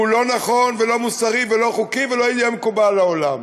שהוא לא נכון ולא מוסרי ולא חוקי ולא יהיה מקובל על העולם,